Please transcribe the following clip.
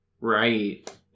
Right